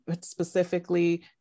specifically